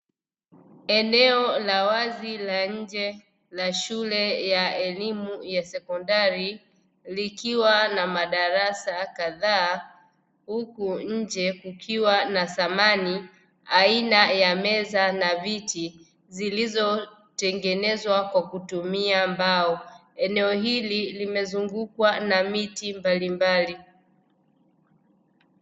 Eneo la wazi la nje la shule ya elimu ya sekondari likiwa na madarasa kadhaa huku nje kukiwa na thamani aina ya meza na viti zilizotengenezwa kwa kutumia mbao. Eneo hili limezungukwa na miti ya aina mbalimbali.